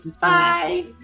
Bye